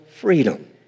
freedom